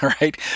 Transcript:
right